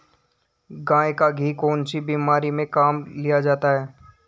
गाय का घी कौनसी बीमारी में काम में लिया जाता है?